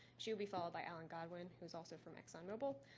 she will be followed by allen godwin who's also from exxon mobil,